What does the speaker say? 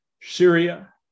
Syria